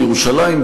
בירושלים,